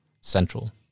central